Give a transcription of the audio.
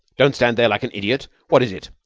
don't stand there like an idiot. what is it?